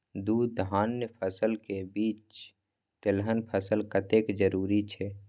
दू धान्य फसल के बीच तेलहन फसल कतेक जरूरी छे?